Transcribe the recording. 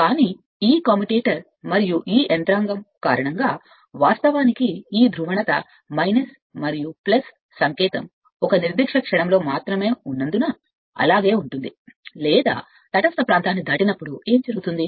కానీ ఈ కమ్యుయేటర్ మరియు ఈ యంత్రాంగం కారణంగా వాస్తవానికి ఈ ధ్రువణత మరియు సంకేతం ఒక నిర్దిష్ట క్షణంలో మాత్రమే ఉన్నందున అలాగే ఉంటుంది లేదా ప్రత్యేక ఘటన లో తటస్థ ప్రాంతానికి కారణమవుతుందని మీరు తెలుసుకోండి